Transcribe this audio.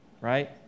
Right